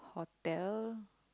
hotel